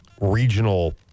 regional